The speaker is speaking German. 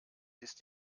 ist